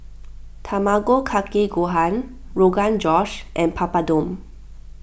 Tamago Kake Gohan Rogan Josh and Papadum